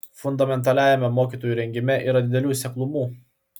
fundamentaliajame mokytojų rengime yra didelių seklumų